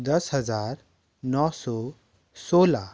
दस हजार नौ सौ सोलह